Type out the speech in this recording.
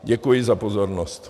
Děkuji za pozornost.